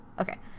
Okay